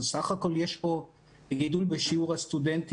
סך הכול יש פה גידול בשיעור הסטודנטים,